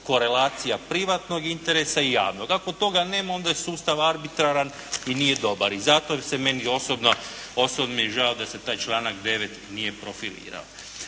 korelacija privatnog interesa i javnog. Ako toga nema, onda je sustav arbitraran i nije dobar i zato je meni osobno žao da se taj članak 9. nije profilirao.